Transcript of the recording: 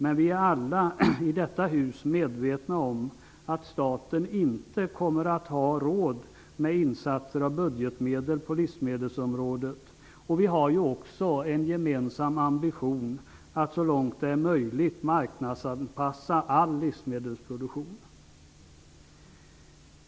Men vi är alla i detta hus medvetna om att staten inte kommer att ha råd att satsa budgetmedel på livsmedelsområdet. Vi har ju också en gemensam ambition att fullt ut marknadsanpassa all livsmedelsproduktion.